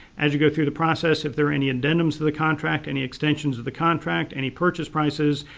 as you go through the process if there are any addendums to the contract, any extensions to the contract any purchase prices,